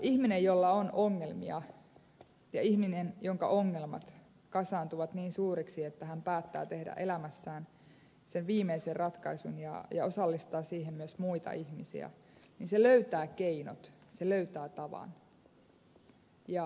ihminen jolla on ongelmia ja ihminen jonka ongelmat kasaantuvat niin suuriksi että hän päättää tehdä elämässään sen viimeisen ratkaisun ja osallistaa siihen myös muita ihmisiä löytää keinot hän löytää tavan